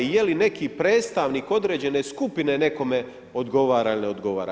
I je li neki predstavnik određene skupine nekome odgovara ili ne odgovara.